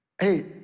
Hey